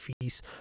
fees